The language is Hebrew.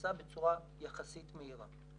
נעשה בצורה יחסית מהירה.